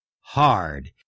hard